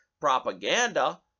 propaganda